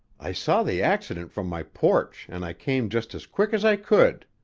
i saw the accident from my porch, and i came just as quick as i could.